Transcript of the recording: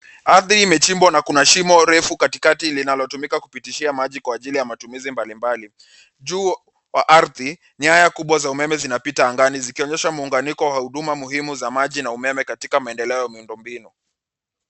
Ardhi imechimbwa na kuna shimo refu katikati linatotumika kupitisha maji kwa ajili ya matumizi mbali mbali. Juu ya ardhi.' nyaya kubwa za umeme zinapita angani zikionyesha mchanganyiko wa huduma muhimu wa maji na umeme katika maendeleo ya miundombinu